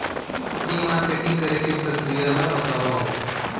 ई marketing करे के प्रक्रिया ला बतावव?